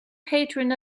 patron